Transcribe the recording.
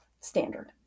standard